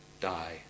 Die